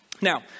Now